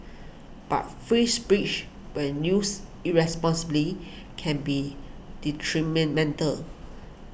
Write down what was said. but free speech when used irresponsibly can be